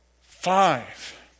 five